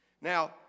Now